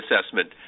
assessment